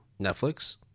Netflix